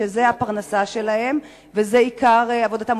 שזו הפרנסה שלהם וזה עיקר עבודתם,